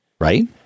Right